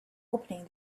opening